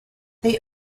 they